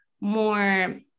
more